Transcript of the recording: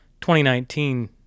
2019